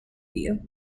view